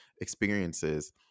experiences